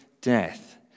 death